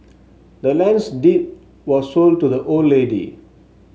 the land's deed was sold to the old lady